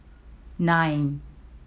nine